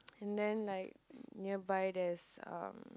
and then like nearby there's a